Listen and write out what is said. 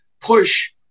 push